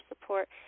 support